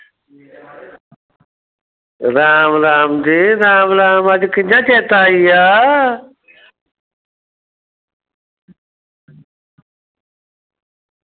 राम राम जी राम राम अज कियां चेता आई गेआ